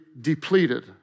depleted